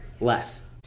less